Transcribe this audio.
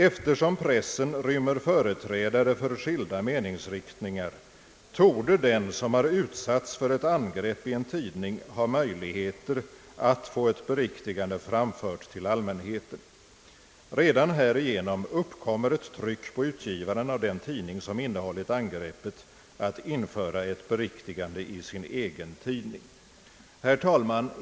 Eftersom pressen rymmer företrädare för skilda meningsriktningar torde den som har utsatts för ett angrepp i en tidning ha möjligheter att få ett beriktigande framfört till allmänheten. Redan härigenom uppkommer ett tryck på utgivaren av den tidning som innehållit angreppet att införa ett beriktigande i sin egen tidning.» Herr talman!